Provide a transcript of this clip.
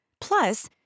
Plus